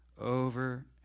Over